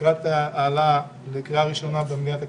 לקראת העלאה לקריאה ראשונה במליאת הכנסת.